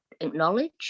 acknowledge